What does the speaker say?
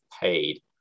paid